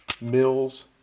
Mills